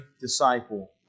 disciple